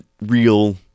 real